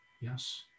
Yes